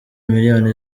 miliyoni